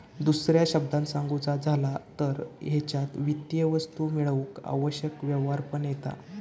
दुसऱ्या शब्दांत सांगुचा झाला तर हेच्यात वित्तीय वस्तू मेळवूक आवश्यक व्यवहार पण येता